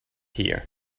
here